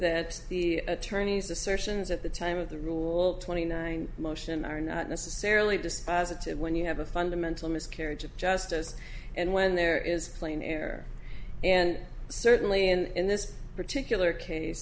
that the attorneys assertions at the time of the rule twenty nine motion are not necessarily dispositive when you have a fundamental miscarriage of justice and when there is clean air and certainly in this particular case